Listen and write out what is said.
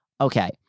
Okay